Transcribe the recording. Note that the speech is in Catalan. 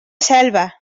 selva